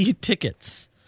tickets